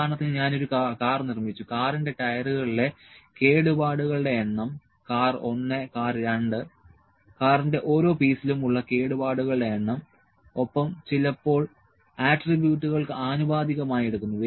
ഉദാഹരണത്തിന് ഞാൻ ഒരു കാർ നിർമ്മിച്ചു കാറിന്റെ ടയറുകളിലെ കേടുപാടുകളുടെ എണ്ണം കാർ 1 കാർ 2 കാറിന്റെ ഓരോ പീസിലും ഉള്ള കേടുപാടുകളുടെ എണ്ണം ഒപ്പം ചിലപ്പോൾ ആട്രിബ്യൂട്ടുകൾക്ക് ആനുപാതികമായി എടുക്കുന്നു